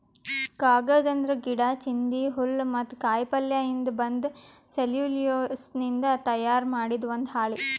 ಕಾಗದ್ ಅಂದ್ರ ಗಿಡಾ, ಚಿಂದಿ, ಹುಲ್ಲ್ ಮತ್ತ್ ಕಾಯಿಪಲ್ಯಯಿಂದ್ ಬಂದ್ ಸೆಲ್ಯುಲೋಸ್ನಿಂದ್ ತಯಾರ್ ಮಾಡಿದ್ ಒಂದ್ ಹಾಳಿ